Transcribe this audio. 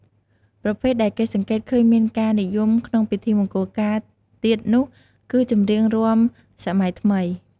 ប្រភេទដែលគេសង្កេតឃើញមានការនិយមក្នុងពិធីមង្គលការទៀតនោះគឺចម្រៀងរាំសម័យថ្មី។